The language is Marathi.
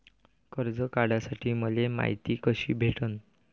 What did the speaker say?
कर्ज काढासाठी मले मायती कशी भेटन?